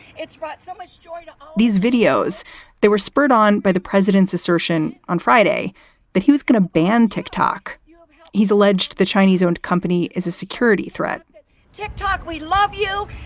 it's brought so much joy to these videos they were spurred on by the president's assertion on friday that he was going to ban tick tock. he's alleged the chinese owned company is a security threat tick tock. we love you.